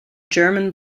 german